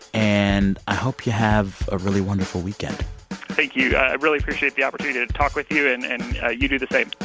and i hope you have a really wonderful weekend thank you. i really appreciate the opportunity to talk with you. and and you do the same